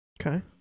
Okay